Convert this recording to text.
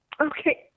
Okay